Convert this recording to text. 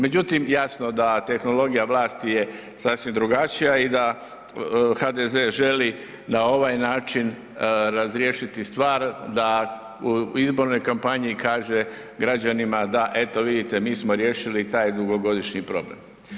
Međutim, jasno da tehnologija vlasti je sasvim drugačija i da HDZ želi na ovaj način razriješiti stvar da u izbornoj kampanji kaže građanima da eto, vidite mi smo riješili taj dugogodišnji problem.